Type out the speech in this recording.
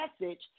message